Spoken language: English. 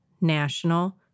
national